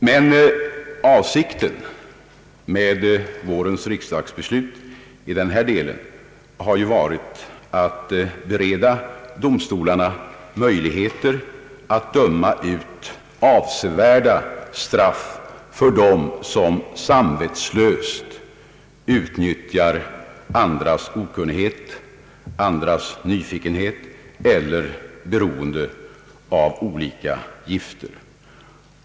Men avsikten med vårens riks dagsbeslut i denna del har ju varit att bereda domstolarna möjligheter att döma ut avsevärda straff för dem som samvetslöst utnyttjar andras okunnighet och andras nyfikenhet eller beroende av olika gifter.